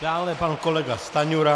Dále pan kolega Stanjura.